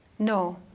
No